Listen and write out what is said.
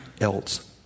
else